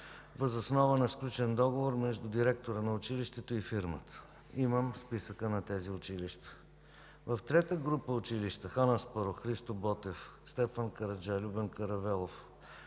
въз основа на сключен договор между директора на училището и фирмата. Имам списъка на тези училища. В трета група училища: „Хан Аспарух”, „Христо Ботев”, „Стефан Караджа”, „Любен Каравелов”,